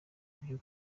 byo